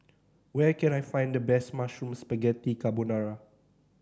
where can I find the best Mushroom Spaghetti Carbonara